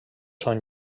són